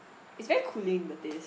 it's very cooling the taste